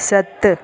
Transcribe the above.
सत